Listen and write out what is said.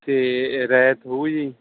ਅਤੇ ਇਹ ਰਹਿਤ ਹੋਊਗੀ ਜੀ